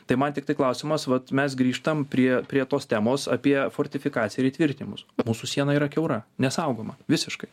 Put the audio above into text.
tai man tiktai klausimas vat mes grįžtam prie prie tos temos apie fortifikaciją ir įtvirtinimus mūsų siena yra kiaura nesaugoma visiškai